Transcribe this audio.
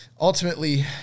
Ultimately